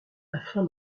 afin